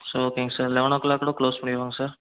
sir ஓகேங்க sir eleven ஓ கிளாக்கோட கிளோஸ் பண்ணிவிடுவாங்க சார்